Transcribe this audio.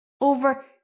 Over